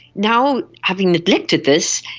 now having neglected this,